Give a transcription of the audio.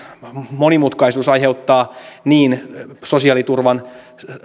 monimutkaisuus aiheuttaa niin sosiaaliturvan